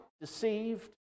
deceived